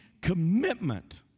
commitment